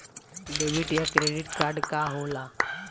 Debit या credit card का होला?